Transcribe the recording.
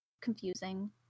Confusing